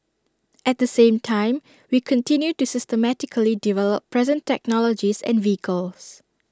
at the same time we continue to systematically develop present technologies and vehicles